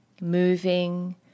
moving